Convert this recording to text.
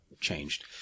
changed